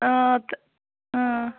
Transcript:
اۭں تہٕ اۭں